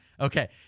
Okay